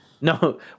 No